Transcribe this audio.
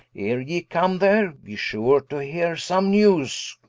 ere ye come there, be sure to heare some newes